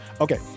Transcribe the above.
Okay